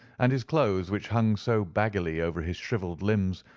and his clothes, which hung so baggily over his shrivelled limbs,